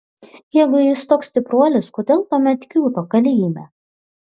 jeigu jis toks stipruolis kodėl tuomet kiūto kalėjime